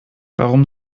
warum